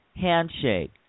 handshake